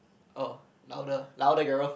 oh louder louder girl